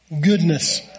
goodness